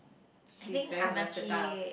she's very versatile